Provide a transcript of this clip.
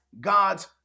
God's